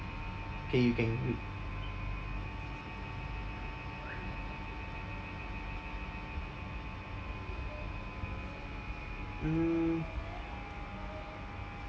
K you can read mm